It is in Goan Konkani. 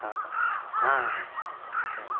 आ हा आ आ हा सांगात